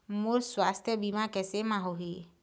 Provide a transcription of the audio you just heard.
मोर सुवास्थ बीमा कैसे म होही?